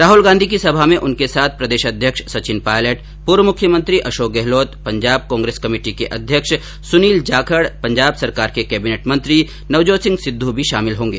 राहल गांधी की सभा में उनके साथ प्रदेशाध्यक्ष सचिन पायलट पूर्व मुख्यमंत्री अशोक गहलोत पंजाब कांग्रेस कमेटी के अध्यक्ष सुनील जाखड़ पंजाब सरकार के केबिनेट मंत्री नवजोत सिंह सिद्ध भी होंगे